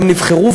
הם נבחרו,